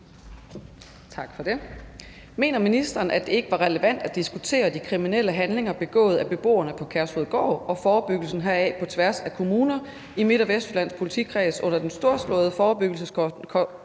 Tak for det.